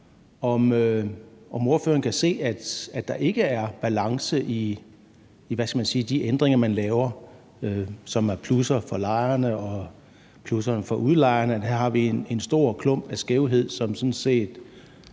om ordføreren kan se, at der ikke er balance i de ændringer, man laver, i forhold til plusser for lejerne og plusser for udlejerne, altså at vi her har en stor klump af skævhed, som sådan set